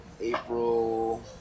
april